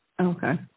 Okay